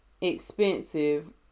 expensive